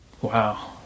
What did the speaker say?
Wow